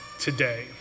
today